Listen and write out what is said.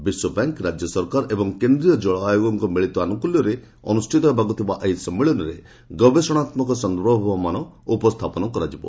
ବିଶ୍ୱବ୍ୟାଙ୍କ ରାଜ୍ୟ ସରକାର ଏବଂ କେନ୍ଦ୍ରୀୟ କଳଆୟୋଗଙ୍କ ମିଳିତ ଆନ୍ଦକ୍କଲ୍ୟରେ ଅନୁଷିତ ହେବାକୁ ଥିବା ଏହି ସମ୍ମିଳନୀରେ ଗବେଷଣାମ୍କ ସନ୍ଧର୍ଭମାନ ଉପସ୍ରାପନ କରାଯିବ